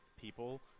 people